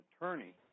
attorney